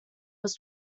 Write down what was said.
was